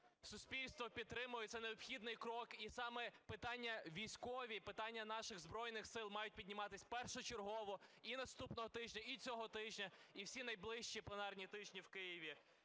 суспільство підтримує, це необхідний крок, і саме питання військові, питання наших Збройних Сил мають підніматися першочергово і наступного тижня, і цього тижня, і всі найближчі пленарні тижні в Києві.